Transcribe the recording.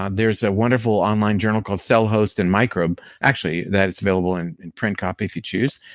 um there's a wonderful online journal called cell host and microbe. actually, that is available and in print copy if you choose,